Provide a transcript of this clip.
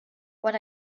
what